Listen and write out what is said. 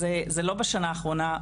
וזה לא בשנה האחרונה.